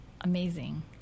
amazing